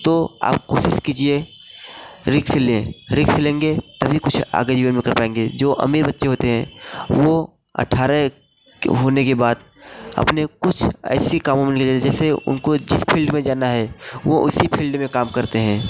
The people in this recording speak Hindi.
तो आप कोशिश कीजिए रिक्स लें रिक्स लेंगे तभी कुछ आगे जीवन में कर पाएँगे जो अमीर बच्चे होते हैं वह अठारह के होने के बाद अपने कुछ ऐसी कामों में जैसे उनको जिस फील्ड में जाना है वह उसी फील्ड में काम करते हैं